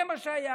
זה מה שהיה,